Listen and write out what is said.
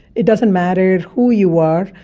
it doesn't matter who you are,